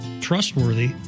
trustworthy